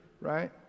right